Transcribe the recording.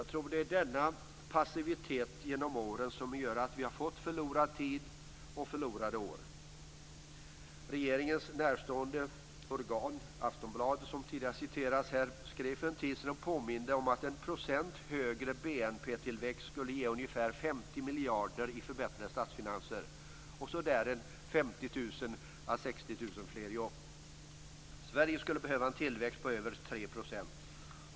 Jag tror att det är denna passivitet genom åren som har gjort att vi har fått förlorad tid och förlorade år. Regeringens närstående organ, Aftonbladet, skrev för en tid sedan och påminde om att 1 % högre BNP tillväxt skulle ge ca 50 miljarder i förbättrade statsfinanser och 50 000-60 000 fler jobb. Sverige skulle behöva en tillväxt på över 3 %.